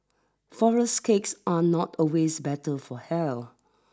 flourless cakes are not always better for hell